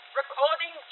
recording